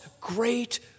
great